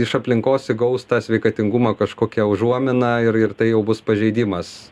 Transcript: iš aplinkos įgaus tą sveikatingumą kažkokią užuominą ir ir tai jau bus pažeidimas